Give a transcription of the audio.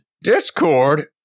Discord